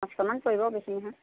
পাঁচশমান পৰিব বেছি নহয়